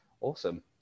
awesome